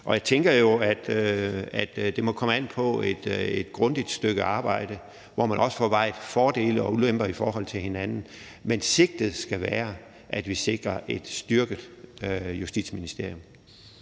Jeg tænker, at det må komme an på et grundigt stykke arbejde, hvor man også får vejet fordele og ulemper op imod hinanden, men sigtet skal være, at vi sikrer et styrket Justitsministerium.